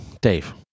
Dave